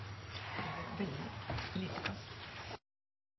veldig